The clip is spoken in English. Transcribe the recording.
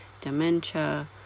dementia